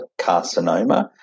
Carcinoma